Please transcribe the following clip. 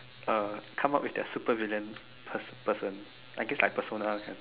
uh come up with their supervillain pers~ person I guess like persona sia